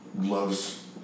loves